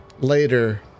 later